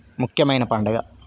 ముఖ్యమైన పండుగ